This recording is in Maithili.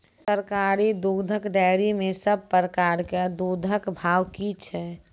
सरकारी दुग्धक डेयरी मे सब प्रकारक दूधक भाव की छै?